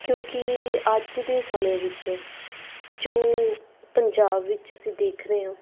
ਕਿਉਂਕਿ ਅੱਜ ਦੇ ਸਮੇਂ ਵਿੱਚ ਜੋ ਪੰਜਾਬ ਵਿੱਚ ਅਸੀਂ ਦੇਖ ਰਹੇ ਹਾਂ